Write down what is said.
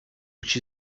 which